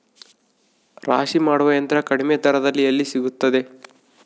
ರಾಶಿ ಮಾಡುವ ಯಂತ್ರ ಕಡಿಮೆ ದರದಲ್ಲಿ ಎಲ್ಲಿ ಸಿಗುತ್ತದೆ?